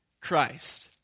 Christ